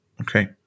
Okay